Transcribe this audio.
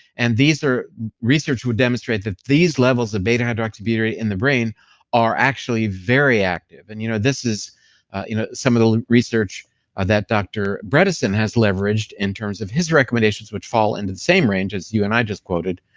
and these are research who demonstrate that these levels of beta hydroxybutyrate in the brain are actually very active. and you know, this is you know some of the research that dr. bredesen has leveraged in terms of his recommendations which fall into the same range as you and i just quoted,